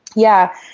yeah.